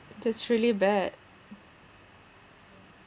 that's really bad